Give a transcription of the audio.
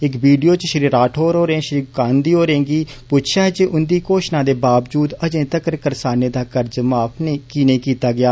इक वीडियों च श्री राठौर होरें श्री गांधी होरें गी पुच्छेआ जे उन्दी घोशणा दे बावजूद अजें तकर करसानें दा कर्ज माफ नेईं कीता गेआ